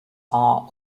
are